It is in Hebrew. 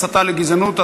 הסתה לגזענות),